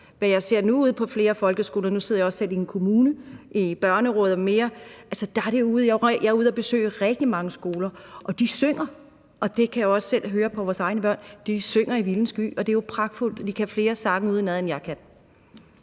og jeg kedede mig bravt i 9 år. Nu sidder jeg jo også selv i en kommune, i børneråd og mere, og jeg er ude at besøge rigtig mange skoler, og eleverne synger. Det kan jeg også selv høre på vores egne børn – de synger i vilden sky. Og det er jo pragtfuldt, at de kan flere sange udenad, end jeg kan.